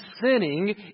sinning